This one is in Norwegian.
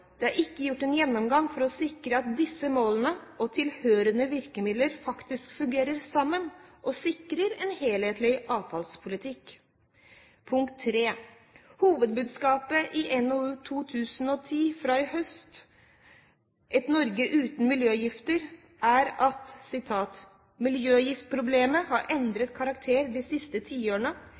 Det er ikke gjort en gjennomgang for å sikre at disse målene og tilhørende virkemidler faktisk fungerer sammen og sikrer en helhetlig avfallspolitikk. Punkt 3: Hovedbudskapet i NOU 2010: 9, Et Norge uten miljøgifter, er: «Miljøgiftsproblemene har endret karakter de siste tiårene.